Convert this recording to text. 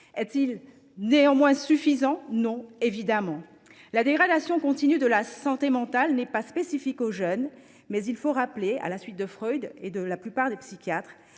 est ce suffisant ? Non, évidemment ! La dégradation continue de la santé mentale n’est pas spécifique aux jeunes. Mais il faut rappeler, à la suite de Freud et de la plupart des psychiatres,